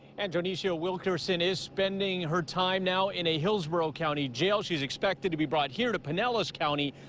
and tony show wilkerson is spending her time now in a hillsborough county jail she's expected to be brought here to pinellas county.